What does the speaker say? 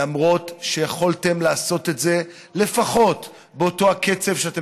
למרות שיכולתם לעשות את זה לפחות באותו הקצב שאתם